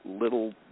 little